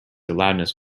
loudness